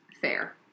fair